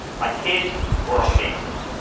my kids were amazed.